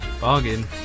Bargain